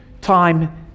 time